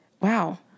wow